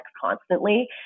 constantly